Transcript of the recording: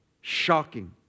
Shocking